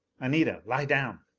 anita, lie down.